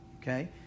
Okay